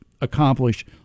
accomplish